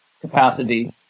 capacity